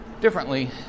differently